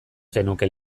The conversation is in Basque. zenuke